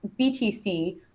BTC